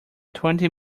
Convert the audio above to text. twenty